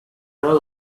roll